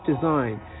design